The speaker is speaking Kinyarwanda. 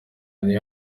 bari